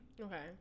Okay